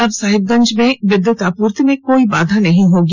अब साहिबगंज में विद्युत आपूर्ति में कोई बाधा नहीं होगी